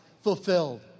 fulfilled